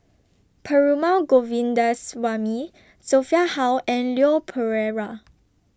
Perumal Govindaswamy Sophia Hull and Leon Perera